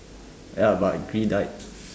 ya but Gree died